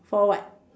for what